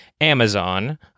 Amazon